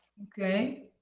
okay?